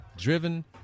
driven